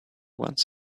once